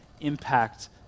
impact